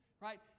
right